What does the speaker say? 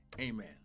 Amen